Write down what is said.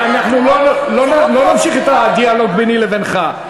הרי אנחנו לא נמשיך את הדיאלוג ביני לבינך,